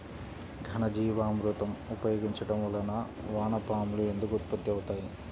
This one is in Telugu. ఘనజీవామృతం ఉపయోగించటం వలన వాన పాములు ఎందుకు ఉత్పత్తి అవుతాయి?